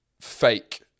fake